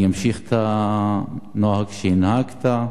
אני אמשיך את הנוהג שהנהגת,